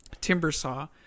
Timbersaw